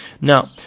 Now